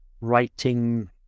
writing